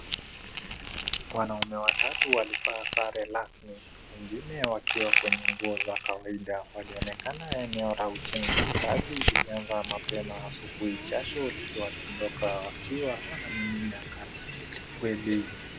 Wanaume watatu alivaa sare rasmi wengine wakiwa kwenye nguo za kawaida walionekana eneo la ujenzi, kazi ilianza mapema asubuhi jasho likiwadondoka wakiwa wanamiminya kazi kweliye.